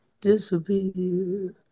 disappear